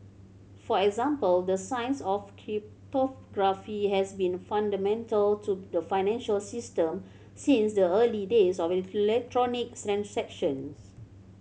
for example the science of cryptography has been fundamental to the financial system since the early days of the electronic transactions